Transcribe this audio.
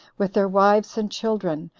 with their wives and children,